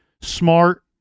smart